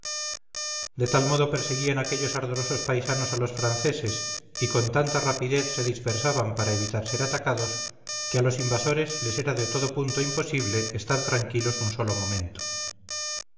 de tal modo perseguían aquellos ardorosos paisanos a los franceses y con tanta rapidez se dispersaban para evitar ser atacados que a los invasores les era de todo punto imposible estar tranquilos un solo momento